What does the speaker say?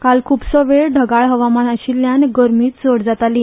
काल खूबसो वेळ ढगाळ हवामान आशिल्ल्यान गरमी चड जाताली